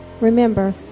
Remember